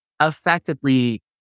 effectively